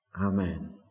Amen